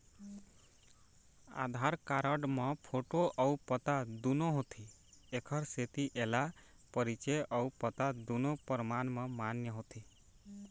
आधार card म photo अउ पता दुनो होथे एखर सेती एला परिचय अउ पता दुनो परमान म मान्य होथे